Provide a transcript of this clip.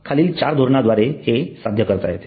खालील चार धोरणाद्वारे हे साध्य करता येते